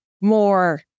more